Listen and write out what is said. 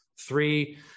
three